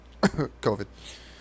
COVID